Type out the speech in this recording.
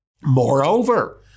Moreover